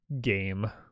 game